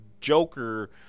Joker